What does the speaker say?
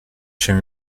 się